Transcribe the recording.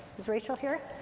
is rachel here?